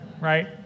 Right